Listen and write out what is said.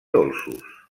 dolços